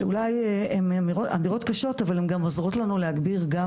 שאולי הן אמירות קשות אבל הן גם עוזרות לנו להגביר גם